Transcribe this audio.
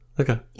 Okay